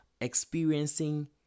experiencing